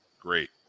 Great